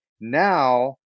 Now